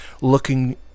looking